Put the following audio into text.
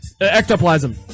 Ectoplasm